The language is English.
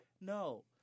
no